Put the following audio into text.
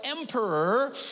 emperor